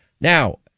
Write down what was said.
Now